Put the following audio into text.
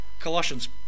Colossians